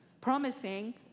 promising